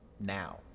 now